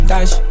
Dash